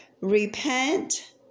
repent